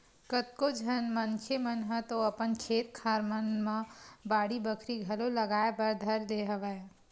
कतको झन मनखे मन ह तो अपन खेत खार मन म बाड़ी बखरी घलो लगाए बर धर ले हवय